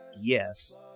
Yes